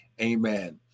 Amen